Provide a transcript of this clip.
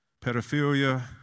pedophilia